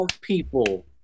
people